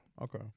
Okay